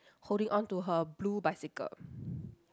holding onto her blue bicycle